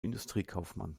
industriekaufmann